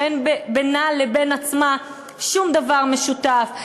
שאין בינה לבין עצמה שום דבר משותף.